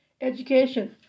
Education